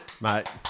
Mate